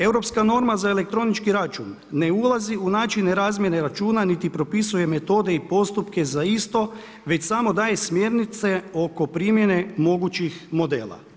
Europska norma za elektronički račun ne ulazi u načine razmjene računa niti propisuje metode i postupke za isto već samo daje smjernice oko primjene mogućih modela.